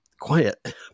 quiet